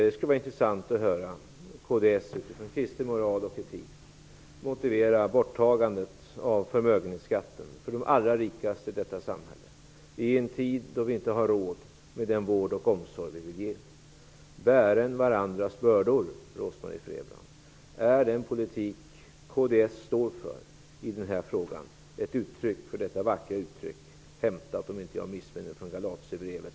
Det skulle vara intressant att höra hur kds, utifrån kristen moral och etik, motiverar borttagandet av förmögenhetsskatten för de allra rikaste i detta samhälle, i en tid då vi inte har råd med den vård och den omsorg vi vill ge. ''Bären varandras bördor'', Rose-Marie Frebran! Är den politik som kds står för i den här frågan ett uttryck för dessa vackra ord, hämtade från Galaterbrevet